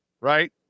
right